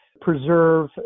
preserve